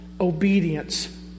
Obedience